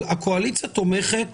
הקואליציה תומכת